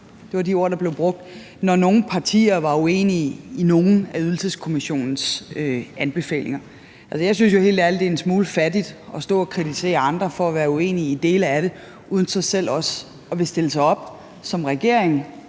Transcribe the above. det var de ord, der blev brugt – når nogle partier var uenige i nogle af Ydelseskommissionens anbefalinger. Jeg synes jo helt ærligt, det er en smule fattigt at stå og kritisere andre for at være uenige i dele af det uden så selv også at ville stille sig op som regering